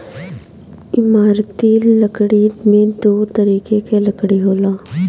इमारती लकड़ी में दो तरीके कअ लकड़ी होला